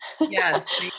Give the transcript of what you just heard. Yes